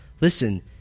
Listen